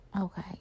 Okay